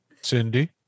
Cindy